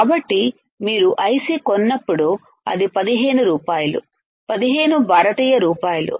కాబట్టి మీరు ఐసి కొన్నప్పుడు అది 15 రూపాయలు 15 భారతీయ రూపాయలు